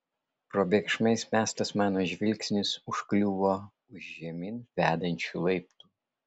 probėgšmais mestas mano žvilgsnis užkliuvo už žemyn vedančių laiptų